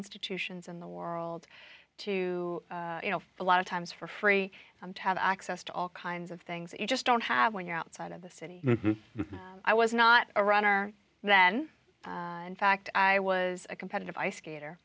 institutions in the world to you know a lot of times for free to have access to all kinds of things you just don't have when you're outside of the city i was not a runner then in fact i was a competitive ice skater